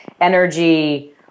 energy